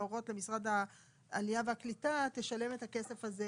להורות למשרד העלייה והקליטה "תשלם את הכסף הזה